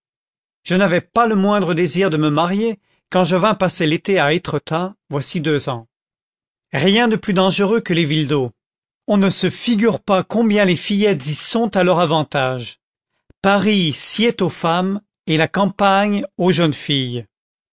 je n'avais pas le moindre désir de me marier quand je vins passer l'été à étretat voici deux ans rien de plus dangereux que les villes d'eaux on ne se figure pas combien les fillettes y sont à leur avantage paris sied aux femmes et la campagne aux jeunes filles